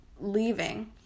leaving